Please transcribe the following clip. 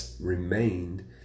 remained